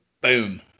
Boom